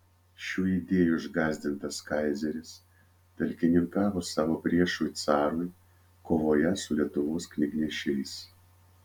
šių idėjų išgąsdintas kaizeris talkininkavo savo priešui carui kovoje su lietuvos knygnešiais